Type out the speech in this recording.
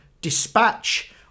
dispatch